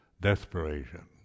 desperation